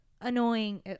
annoying